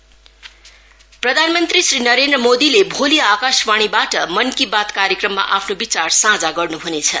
PM Mann Ki Baat प्रधानमंत्री श्री नरेन्द्र मोदीले भोलि आकाशवाणीबाट मनकी बाल कार्यक्रममा आफ्नो विचार साझा गर्न हुनेछ